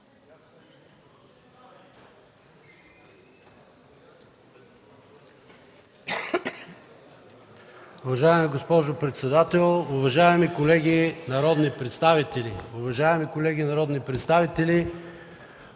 уважаеми колеги народни представители!